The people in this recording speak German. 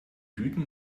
hüten